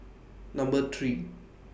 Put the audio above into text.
Number three